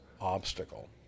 obstacle